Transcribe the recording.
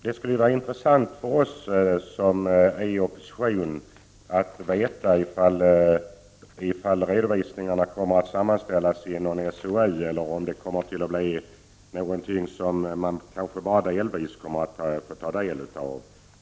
Det skulle vara intressant för oss i oppositionen att få veta ifall redovisningarna kommer att sammanställas inom SOU eller om det kommer att resultera i någonting som man kanske bara delvis kan få del av.